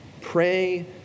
Pray